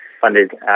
funded